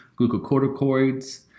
glucocorticoids